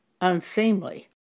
unseemly